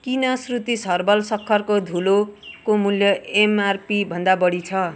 किन श्रुतिस् हर्बल सक्खरको धुलोको मूल्य एमआरपी भन्दा बढी छ